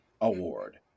Award